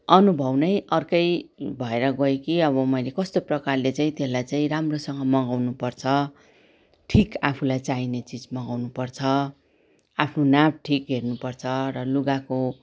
अनुभव नै अर्कै भएर गयो कि अब मैले कस्तो प्रकारले चाहिँ त्यसलाई चाहिँ राम्रोसँग मगाउनु पर्छ ठिक आफूलाई चाहिने चिज मगाउनु पर्छ आफ्नो नाप ठिक हेर्नु पर्छ र लुगाको